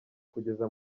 kugeza